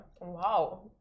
Wow